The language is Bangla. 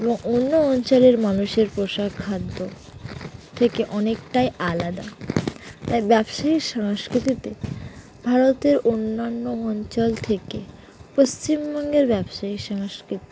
এবং অন্য অঞ্চলের মানুষের পোশাক খাদ্য থেকে অনেকটাই আলাদা তাই ব্যবসায়িক সংস্কৃতিতে ভারতের অন্যান্য অঞ্চল থেকে পশ্চিমবঙ্গের ব্যবসায়িক সংস্কৃতি